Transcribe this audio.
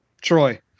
Troy